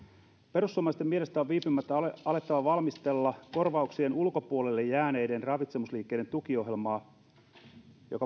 perussuomalaisten mielestä on viipymättä alettava valmistella korvauksien ulkopuolelle jääneiden ravitsemisliikkeiden tukiohjelmaa joka